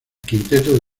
quinteto